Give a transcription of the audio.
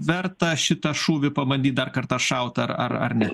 verta šitą šūvį pabandyt dar kartą šaut ar ar ar ne